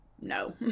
no